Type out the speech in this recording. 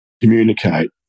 Communicate